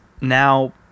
now